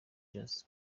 jazz